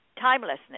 Timelessness